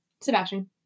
Sebastian